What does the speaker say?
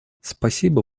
спасибо